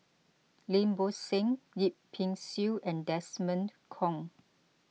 Lim Bo Seng Yip Pin Xiu and Desmond Kon